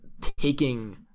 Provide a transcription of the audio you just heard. taking